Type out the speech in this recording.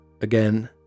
again